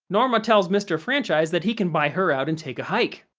norma tells mr. franchise that he can buy her out and take a hike!